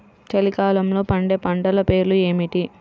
చలికాలంలో పండే పంటల పేర్లు ఏమిటీ?